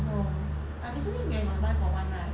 no like recently got one for one right